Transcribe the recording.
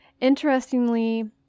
Interestingly